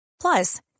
Plus